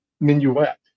minuet